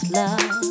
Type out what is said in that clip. love